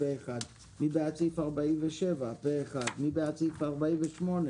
הצבעה סעיף 85(46)